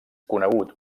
conegut